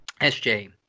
SJ